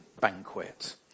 banquet